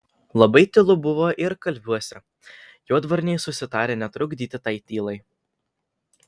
labai tylu buvo ir kalviuose juodvarniai susitarė netrukdyti tai tylai